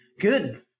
Good